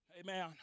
Amen